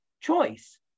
choice